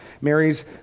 Mary's